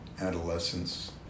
adolescence